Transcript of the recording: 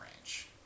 range